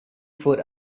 for